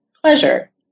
pleasure